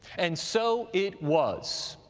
and so it was.